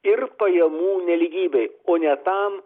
ir pajamų nelygybei o ne tam